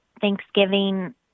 Thanksgiving